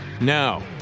Now